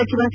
ಸಚಿವ ಸಿ